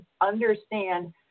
understand